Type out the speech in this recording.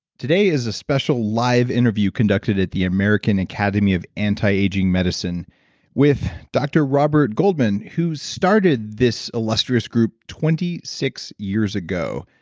today is a special live interview conducted at the american academy of anti-aging medicine with dr. robert goldman who started this illustrious group twenty six years ago.